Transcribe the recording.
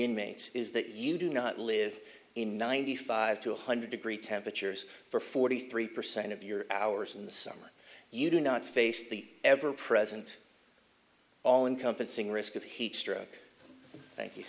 inmates is that you do not live in ninety five to one hundred degree temperatures for forty three percent of your hours in the summer you do not face the ever present all encompassing risk of heat stroke thank you